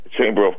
Chamber